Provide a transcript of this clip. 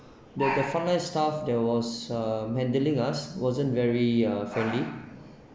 the front line staff that was um handling us wasn't very ah friendly